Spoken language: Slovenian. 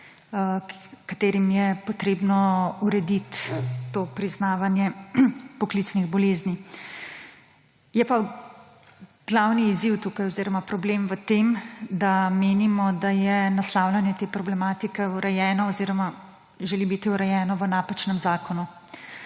ki jim je potrebno urediti priznavanje poklicnih bolezni. Je pa glavni izziv tukaj oziroma problem v tem, da menimo, da je naslavljanje te problematike urejeno oziroma želi biti urejeno v napačnem zakonu.